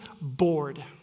bored